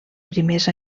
primers